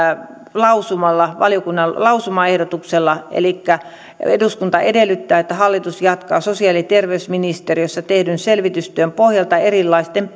valiokunnan lausumaehdotuksella elikkä eduskunta edellyttää että hallitus jatkaa sosiaali ja terveysministeriössä tehdyn selvitystyön pohjalta erilaisten